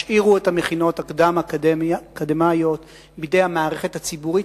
השאירו את המכינות הקדם-אקדמיות בידי המערכת הציבורית,